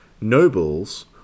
Nobles